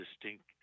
distinct